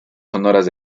sonoras